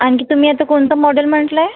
आणखी तुम्ही आता कोणतं मॉडेल म्हटलं आहे